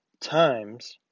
times